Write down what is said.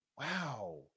Wow